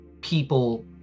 people